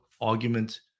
argument